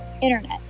internet